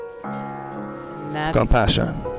Compassion